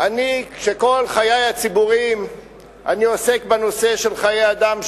כל חיי הציבוריים אני עוסק בנושא של חיי אדם,